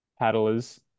paddlers